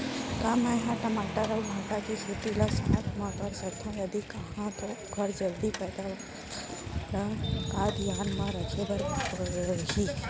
का मै ह टमाटर अऊ भांटा के खेती ला साथ मा कर सकथो, यदि कहाँ तो ओखर जलदी पैदावार बर मोला का का धियान मा रखे बर परही?